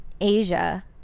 Asia